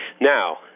Now